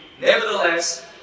Nevertheless